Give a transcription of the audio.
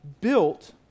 Built